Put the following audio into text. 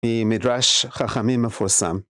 מדרש חכמים מפורסם